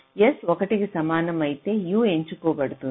S 1 కి సమానం అయితే u ఎంచుకోబడుతుంది